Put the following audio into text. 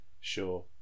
Sure